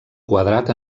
quadrat